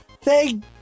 Thank